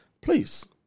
please